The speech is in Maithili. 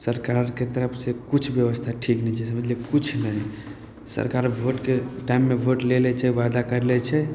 सरकारके तरफसे किछु बेबस्था ठीक नहि छै समझलिए किछु नहि सरकार भोटके टाइममे भोट ले लै छै वादा करि लै छै